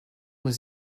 was